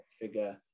figure